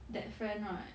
that friend right